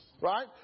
Right